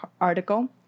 article